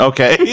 Okay